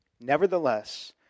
Nevertheless